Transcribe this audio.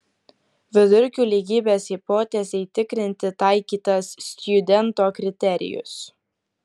vidurkių lygybės hipotezei tikrinti taikytas stjudento kriterijus